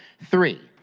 three,